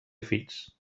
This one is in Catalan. fills